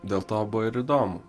dėl to buvo ir įdomu